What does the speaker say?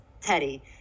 Teddy